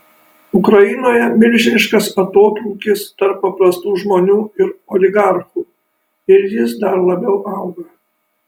ukrainoje milžiniškas atotrūkis tarp paprastų žmonių ir oligarchų ir jis dar labiau auga